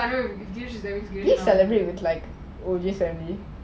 I don't have